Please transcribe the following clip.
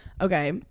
Okay